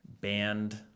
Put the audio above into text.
band